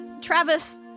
Travis